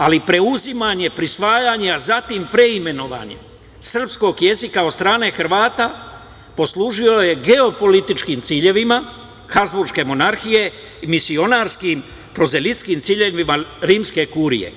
Ali, preuzimanje, prisvajanje, a zatim preimenovanje srpskog jezika od strane Hrvata poslužilo je geopolitičkim ciljevima Habzburške monarhije i misionarskim prozeljinskim ciljevima rimske kurije.